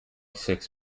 six